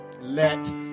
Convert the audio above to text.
Let